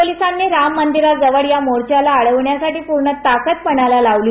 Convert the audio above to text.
पोलिसांनी राम मंदिरा जवळ या मोर्च्याला अडविण्यासाठी पूर्ण ताकत पणाला लावली